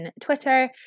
Twitter